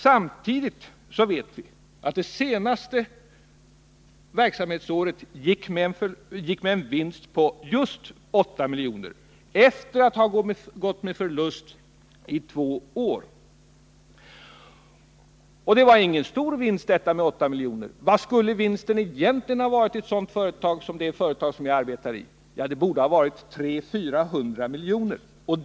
Samtidigt vet vi att företaget under det senaste verksamhetsåret gick med vinst på just 8 milj.kr. efter att gått med förlust i två år. 8 milj.kr. är ingen stor vinst. Vad skulle vinsten egentligen ha varit i ett sådant företag som det jag arbetar i? Jo, den borde ha varit 300-400 milj.kr.